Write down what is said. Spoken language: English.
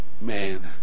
man